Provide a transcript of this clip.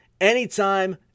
anytime